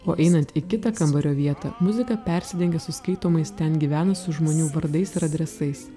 o einant į kitą kambario vietą muzika persidengia suskaitomais ten gyvenusių žmonių vardais ir adresais